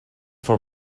for